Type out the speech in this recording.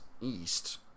East